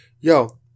Yo